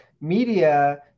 media